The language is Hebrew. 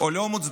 או לא מוצדקות.